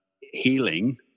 healing